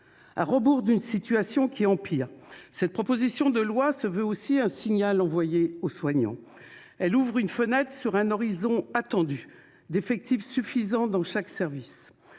À rebours d'une situation qui empire, cette proposition de loi se veut aussi un signal envoyé aux soignants. Elle ouvre une fenêtre sur un horizon attendu d'effectifs suffisants dans chaque service.